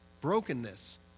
brokenness